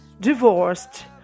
divorced